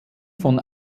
von